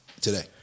today